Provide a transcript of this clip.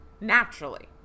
naturally